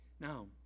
Now